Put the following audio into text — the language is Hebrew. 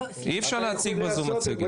אי אפשר להציג בזום מצגת.